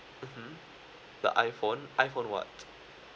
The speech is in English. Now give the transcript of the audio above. mmhmm the iphone iphone what